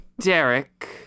Derek